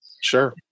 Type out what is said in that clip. Sure